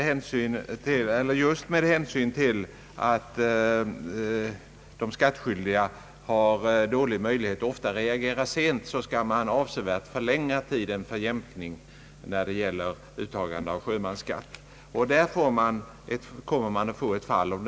I propositionen föreslås att sjömansskattenämnden som en övergångsåtgärd skall kunna ta upp vissa för sent inkomna ansökningar och pröva dem samt bevilja jämkning.